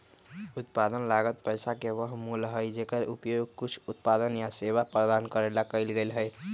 उत्पादन लागत पैसा के वह मूल्य हई जेकर उपयोग कुछ उत्पादन या सेवा प्रदान करे ला कइल गयले है